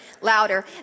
Louder